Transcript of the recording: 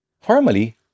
Formally